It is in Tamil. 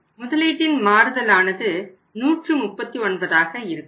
முதலீட்டின் மாறுதலானது 139 ஆக இருக்கும்